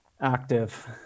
active